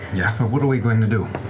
yeah, but what are we going to do?